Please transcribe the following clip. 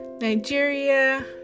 Nigeria